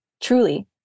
truly